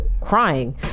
crying